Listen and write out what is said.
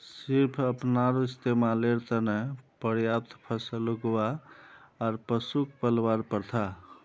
सिर्फ अपनार इस्तमालेर त न पर्याप्त फसल उगव्वा आर पशुक पलवार प्रथा